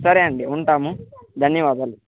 సరే అండి ఉంటాము ధన్యవాదాలు